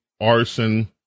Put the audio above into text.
arson